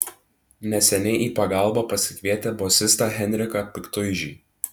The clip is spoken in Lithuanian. neseniai į pagalbą pasikvietę bosistą henriką piktuižį